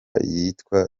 yitwa